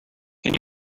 can